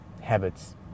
Habits